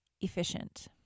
efficient